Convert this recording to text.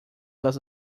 das